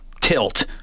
tilt